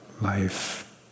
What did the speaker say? life